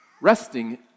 resting